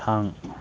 थां